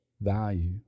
value